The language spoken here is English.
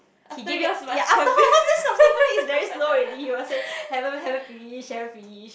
he give it ya after all then subsequently is very slow already he will say haven't haven't finish haven't finish